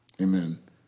Amen